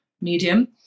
medium